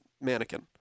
mannequin